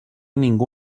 ningú